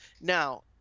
Now